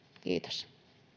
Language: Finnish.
kiitos